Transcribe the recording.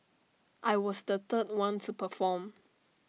I was the third one to perform